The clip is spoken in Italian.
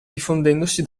diffondendosi